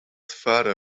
farther